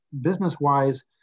Business-wise